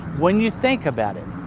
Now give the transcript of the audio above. when you think about it,